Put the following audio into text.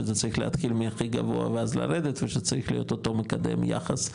שזה צריך להתחיל מהכי גבוה ואז לרדת וזה צריך להיות אותו מקדם יחס,